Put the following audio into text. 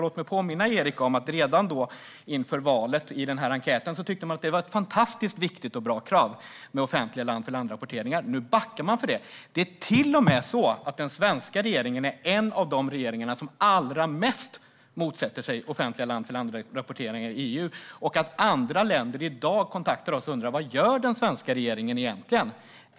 Låt mig påminna Erik om att redan inför valet tyckte man i enkäten att det var ett fantastiskt viktigt och bra krav med offentliga land-för-land-rapporteringar. Nu backar man från det. Det är till och med så att den svenska regeringen är en av de regeringar som allra mest motsätter sig offentliga land-för-land-rapporteringar i EU. Andra länder kontaktar oss i dag och undrar: Vad gör den svenska regeringen egentligen?